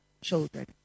children